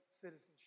citizenship